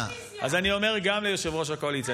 אני אומר גם ליושב-ראש הקואליציה,